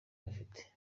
bafite